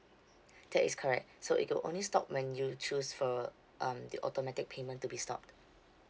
that is correct so it'll only stop when you choose for um the automatic payment to be stopped